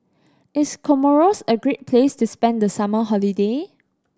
is Comoros a great place to spend the summer holiday